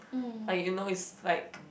like you know is like